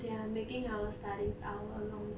they are making our studies hour longer